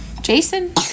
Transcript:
Jason